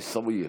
עיסאוויה.